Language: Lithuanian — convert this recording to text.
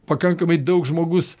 pakankamai daug žmogus